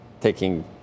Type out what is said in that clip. taking